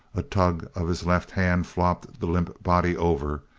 a tug of his left hand flopped the limp body over,